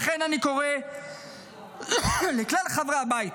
לכן אני קורא לכלל חברי הבית